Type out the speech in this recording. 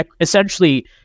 essentially